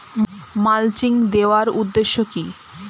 Mulching দেওয়ার উদ্দেশ্য কি?